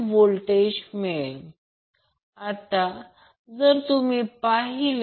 हे या गोष्टीमध्ये आणि यामध्ये जोडलेले आहे आणि या न्यूट्रल दरम्यान ते जोडलेले आहे